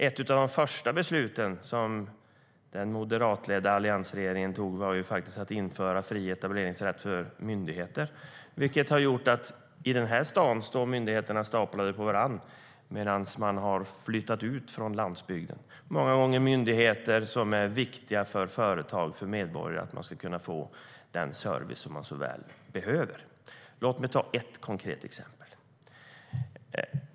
Ett av de första beslut som den moderatledda alliansregeringen tog var att införa fri etableringsrätt för myndigheter, vilket har gjort att i den här stan står myndigheterna staplade på varandra medan de har flyttat ut från landsbygden. Det handlar många gånger om myndigheter som är viktiga för att företag och medborgare ska kunna få den service som de så väl behöver. Låt mig ta ett konkret exempel.